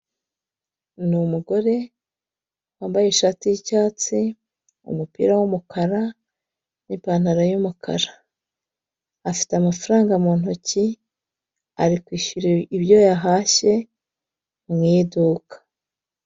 Ni umugore wambaye ishati y'icyatsi, umupira w'umukara n'ipantaro y'umukara. Afite amafaranga mu ntoki, ari kwishyura ibyo yahashye mu iduka.